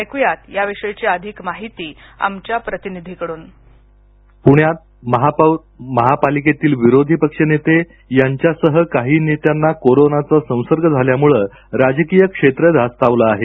ऐक्या याविषयीची अधिक माहिती आमच्या प्रतिनिधीकडून प्ण्यात महापौर महापालिकेतील विरोधी पक्षनेते यांच्यासह काही नेत्यांना कोरोनाचा संसर्ग झाल्यामुळे राजकीय क्षेत्र धास्तावले आहे